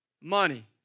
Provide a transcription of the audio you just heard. money